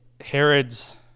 Herod's